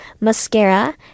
mascara